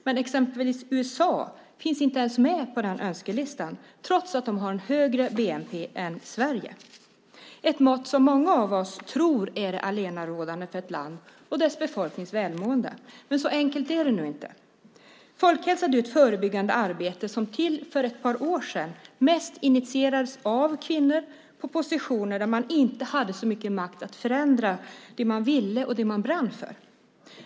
Men exempelvis USA finns inte ens med på den önskelistan, trots att de har en högre bnp än Sverige, ett mått som många av oss tror är det allenarådande för ett land och dess befolknings välmående. Men så enkelt är det nu inte. Folkhälsoarbetet är ett förebyggande arbete som till för ett par år sedan mest initierades av kvinnor på positioner där man inte hade så mycket makt att förändra det man ville och det man brann för.